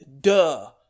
duh